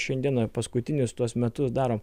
šiandieną paskutinius tuos metus darom